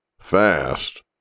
fast